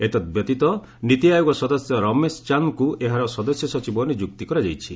ଏତଦବ୍ୟତୀତ ନୀତି ଆୟୋଗ ସଦସ୍ୟ ରମେଶ ଚାନ୍ଦ ଏହାର ସଦସ୍ୟ ସଚିବ ନିଯୁକ୍ତି କରାଯାଇଛି